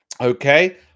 Okay